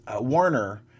Warner –